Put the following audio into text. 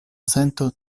sento